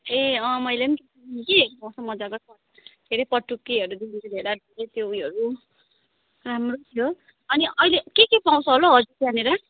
ए मैले पनि किने कि कस्तो मजाको छ के अरे पटुकीहरूदेखिको लिएर उयोहरू राम्रो थियो अनि अहिले के के पाउँछ होला हौ अझै त्यहाँनिर